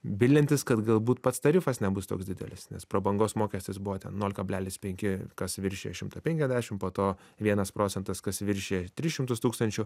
viliantis kad galbūt pats tarifas nebus toks didelis nes prabangos mokestis buvo nol kablelis penki kas viršija šimtą penkiasdešim po to vienas procentas kas viršija tris šimtus tūkstančių